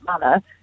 manner